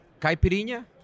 caipirinha